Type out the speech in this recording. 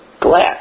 Glass